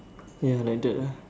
ya like that ah